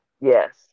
Yes